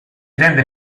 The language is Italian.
rende